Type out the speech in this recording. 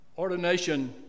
Ordination